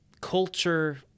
culture